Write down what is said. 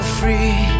free